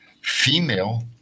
female